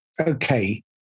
Okay